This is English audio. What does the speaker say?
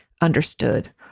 understood